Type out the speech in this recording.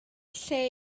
lle